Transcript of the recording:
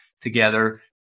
together